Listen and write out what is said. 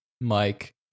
Mike